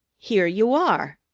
here you are!